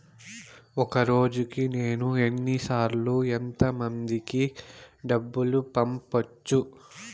ఒక రోజుకి నేను ఎన్ని సార్లు ఎంత మందికి డబ్బులు పంపొచ్చు?